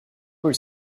were